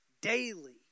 daily